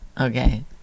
Okay